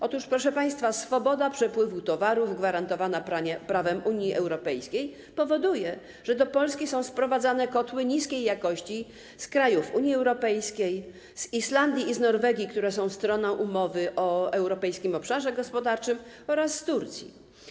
Otóż, proszę państwa, swoboda przepływu towarów gwarantowana prawem Unii Europejskiej powoduje, że do Polski są sprowadzane kotły niskiej jakości z krajów Unii Europejskiej, z Islandii i z Norwegii, które są stroną umowy o Europejskim Obszarze Gospodarczym, oraz z Turcji.